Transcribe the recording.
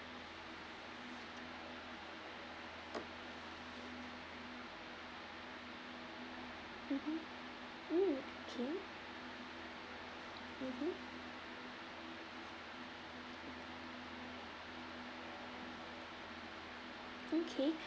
mmhmm mm okay mmhmm okay